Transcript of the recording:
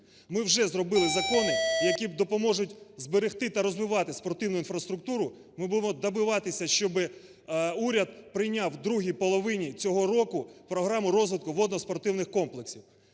Ми вже зробили закони, які допоможуть зберегти та розвивати спортивну інфраструктуру, ми будемо добиватися, щоб уряд прийняв у другій половині цього року програму розвитку водноспортивних комплексів.